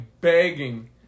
begging